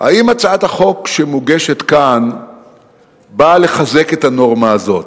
האם הצעת החוק שמוגשת כאן באה לחזק את הנורמה הזאת?